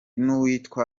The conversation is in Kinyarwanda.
n’uwitwa